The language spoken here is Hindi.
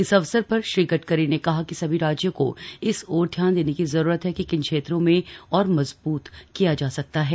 इस अवसर पर श्री गडकरी ने कहा कि सभी राज्यों को इस ओर ध्यान देने की जरूरत है कि किन क्षेत्रों में और मजबूत किया जा सकता है